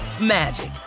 magic